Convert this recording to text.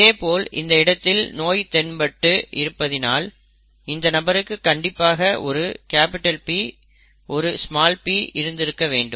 இதேபோல் இந்த இடத்தில் நோய் தென்பட்டு இருப்பதால் இந்த நபருக்கு கண்டிப்பாக ஒரு P மற்றும் ஒரு p இருந்திருக்க வேண்டும்